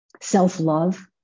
self-love